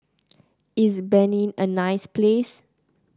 is Benin a nice place